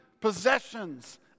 possessions